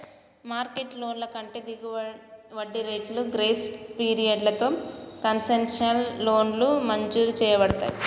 market లోన్ల కంటే దిగువ వడ్డీ రేట్లు, గ్రేస్ పీరియడ్లతో కన్సెషనల్ లోన్లు మంజూరు చేయబడతయ్